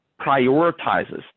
prioritizes